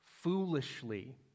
foolishly